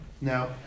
Now